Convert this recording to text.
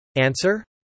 Answer